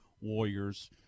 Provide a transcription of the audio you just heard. Warriors